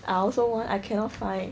I also want I cannot find